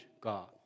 God